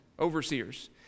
overseers